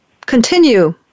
continue